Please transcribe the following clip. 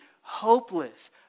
hopeless